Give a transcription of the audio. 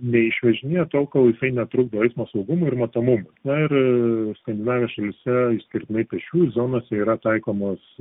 neišvežinėja tol kol jisai netrukdo eismo saugumui ir matomumui na ir skandinavijos šalyse išskirtinai pėsčiųjų zonose yra taikomos